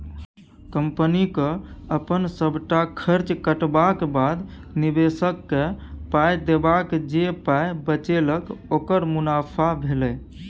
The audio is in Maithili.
कंपनीक अपन सबटा खर्च कटबाक बाद, निबेशककेँ पाइ देबाक जे पाइ बचेलक ओकर मुनाफा भेलै